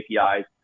APIs